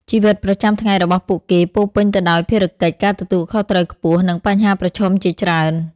ជីវិតប្រចាំថ្ងៃរបស់ពួកគេពោរពេញទៅដោយភារកិច្ច ការទទួលខុសត្រូវខ្ពស់ និងបញ្ហាប្រឈមជាច្រើន។